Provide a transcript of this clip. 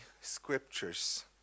scriptures